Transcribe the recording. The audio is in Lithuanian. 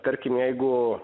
tarkim jeigu